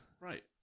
Right